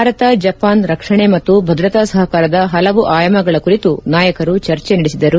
Bharat Japan ರಕ್ಷಣೆ ಮತ್ತು ಭದ್ರತಾ ಸಪಕಾರದ ಪಲವು ಆಯಾಮಗಳ ಕುರಿತು ನಾಯಕರು ಚರ್ಚೆ ನಡೆಸಿದರು